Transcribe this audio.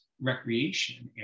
recreation